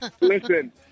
Listen